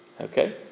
Okay